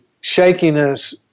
shakiness